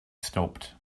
stopped